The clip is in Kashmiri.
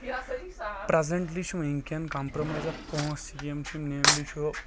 پرٛزنٹلی چھ وُنکیٚن کمپرومایز آف پونٛسہٕ یٔمۍ چھُ نیملی چھُ